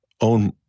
own